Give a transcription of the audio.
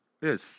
Yes